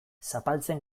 zapaltzen